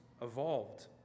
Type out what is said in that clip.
evolved